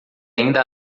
ainda